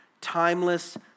timeless